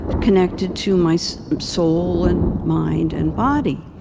connected to my so soul and mind and body.